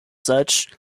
such